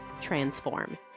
transform